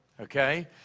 okay